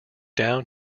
down